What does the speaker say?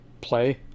play